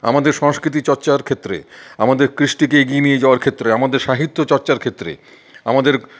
আমাদের সংস্কৃতি চর্চার ক্ষেত্রে আমাদের কৃষ্টিকে এগিয়ে নিয়ে যাওয়ার ক্ষেত্রে আমাদের সাহিত্য চর্চার ক্ষেত্রে আমাদের